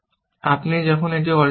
আপনি যখন এটি অর্জন করেছেন